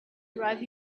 drive